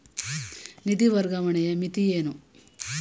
ನಿಧಿ ವರ್ಗಾವಣೆಯ ಮಿತಿ ಏನು?